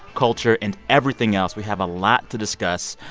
culture and everything else. we have a lot to discuss.